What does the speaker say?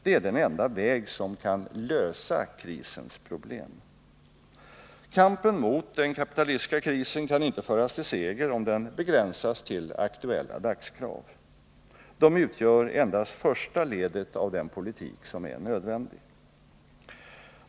Det är enda vägen att gå om man vill lösa krisens problem. Kampen mot den kapitalistiska krisen kan inte föras till seger om den begränsas till aktuella dagskrav. De utgör endast första ledet av den politik som är nödvändig.